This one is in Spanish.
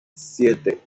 siete